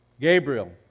Gabriel